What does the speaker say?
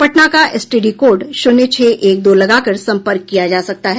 पटना का STD code शून्य छह एक दो लगाकर संपर्क किया जा सकता है